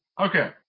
Okay